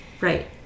Right